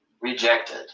rejected